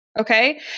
Okay